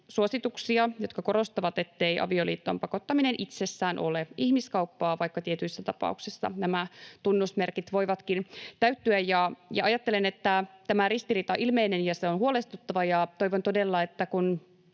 suosituksia, jotka korostavat, ettei avioliittoon pakottaminen itsessään ole ihmiskauppaa, vaikka tietyissä tapauksissa nämä tunnusmerkit voivatkin täyttyä. Ajattelen, että tämä ristiriita on ilmeinen ja se on huolestuttava. Toivon todella, että kun